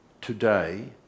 today